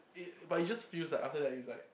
it but it just feels like after that it's like